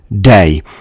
day